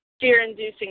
fear-inducing